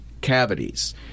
cavities